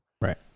Right